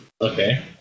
Okay